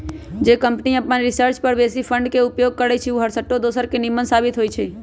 जे कंपनी अप्पन रिसर्च पर बेशी फंड के उपयोग करइ छइ उ हरसठ्ठो दोसर से निम्मन साबित होइ छइ